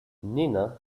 nina